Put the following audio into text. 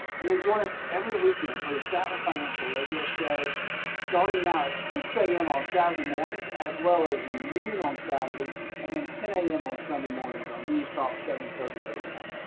and then join us every weekend for the statler financial radio show starting now at six a m. on saturday mornings as well as noon on saturday and then ten zero a m. on sunday mornings on newstalk seven thirty a m.